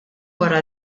wara